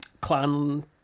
Clan